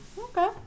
okay